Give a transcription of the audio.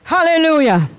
Hallelujah